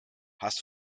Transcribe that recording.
hast